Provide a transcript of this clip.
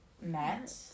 met